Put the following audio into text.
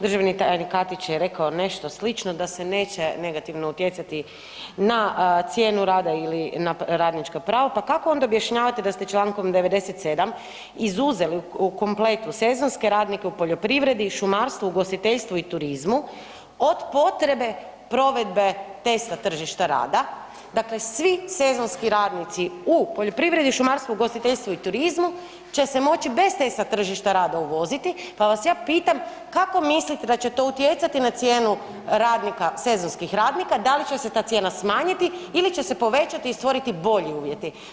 Državni tajnik Katić je rekao nešto slično, da se neće negativno utjecati na cijenu rada ili na radnička prava, pa kako onda objašnjavate da ste čl. 97. izuzeli kompletno sezonske radnike u poljoprivredi, šumarstvu, ugostiteljstvu i turizmu od potrebe provedbe testa tržišta rada, dakle svi sezonski radnici u poljoprivredi, šumarstvu, ugostiteljstvu i turizmu će se moći bez testa tržišta rada uvoziti, pa vas ja pitam kako mislite da će to utjecati na cijenu radnika, sezonskih radnika, da li će se ta cijena smanjiti ili će se povećati i stvoriti bolji uvjeti.